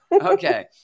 Okay